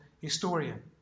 historian